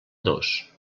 dos